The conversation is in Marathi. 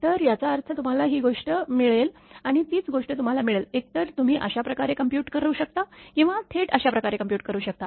तर याचा अर्थ तुम्हाला ही गोष्ट मिळेल आणि तीच गोष्ट तुम्हाला मिळेल एकतर तुम्ही अशा प्रकारे कंप्यूट करू शकता किंवा थेट अशा प्रकारे कंप्यूट करू शकता